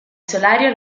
solari